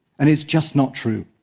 and it's just not true.